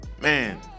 man